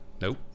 Nope